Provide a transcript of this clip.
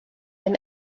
him